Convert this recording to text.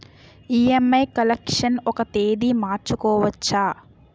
EMI collection ఒక తేదీ మార్చుకోవచ్చా?